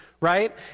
right